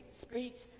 speech